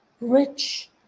rich